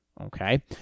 Okay